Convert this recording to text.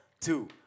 Two